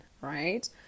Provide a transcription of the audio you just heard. right